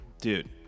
Dude